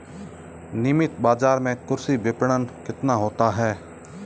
नियमित बाज़ार में कृषि विपणन कितना होता है?